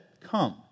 come